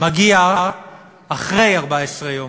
מגיע אחרי 14 יום,